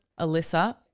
Alyssa